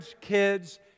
kids